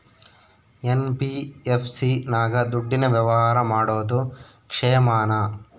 NBFC ನಾಗ ದುಡ್ಡಿನ ವ್ಯವಹಾರ ಮಾಡೋದು ಕ್ಷೇಮಾನ?